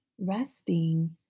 resting